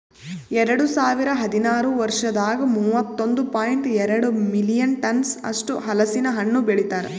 ಎರಡು ಸಾವಿರ ಹದಿನಾರು ವರ್ಷದಾಗ್ ಮೂವತ್ತೊಂದು ಪಾಯಿಂಟ್ ಎರಡ್ ಮಿಲಿಯನ್ ಟನ್ಸ್ ಅಷ್ಟು ಹಲಸಿನ ಹಣ್ಣು ಬೆಳಿತಾರ್